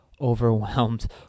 overwhelmed